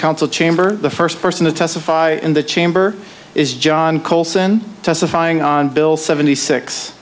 council chamber the first person to testify in the chamber is john colson testifying on bill seventy six